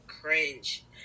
cringe